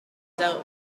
dealt